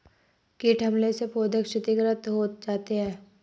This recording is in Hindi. कीट हमले से पौधे क्षतिग्रस्त हो जाते है